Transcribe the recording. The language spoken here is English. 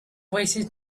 wasted